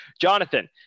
Jonathan